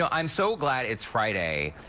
so i'm so glad it's friday.